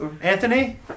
Anthony